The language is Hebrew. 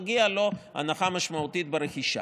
מגיעה לו הנחה משמעותית ברכישה.